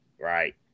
right